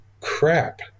crap